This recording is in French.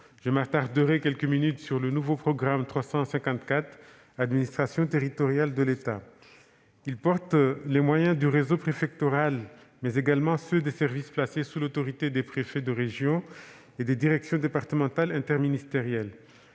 Je m'attarderai quelques minutes sur le nouveau programme 354, « Administration territoriale de l'État ». Il porte les moyens du réseau préfectoral, mais également ceux des services placés sous l'autorité des préfets de région et des directions départementales interministérielles